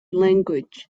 language